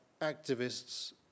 activists